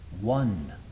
one